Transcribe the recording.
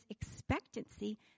expectancy